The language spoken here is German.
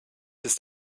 ist